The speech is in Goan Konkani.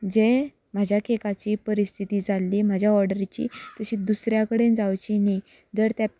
आनीक जें म्हज्या केकाची परिस्थिती जाल्ली म्हाज्या ऑर्डरीची तशी दुसऱ्या कडेन जावची न्ही जर ते